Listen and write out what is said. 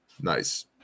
Nice